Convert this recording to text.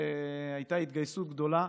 הייתה התגייסות גדולה,